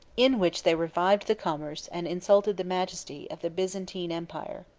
in which they revived the commerce, and insulted the majesty, of the byzantine empire.